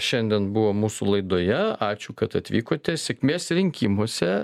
šiandien buvo mūsų laidoje ačiū kad atvykote sėkmės rinkimuose